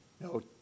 no